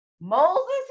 Moses